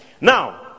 now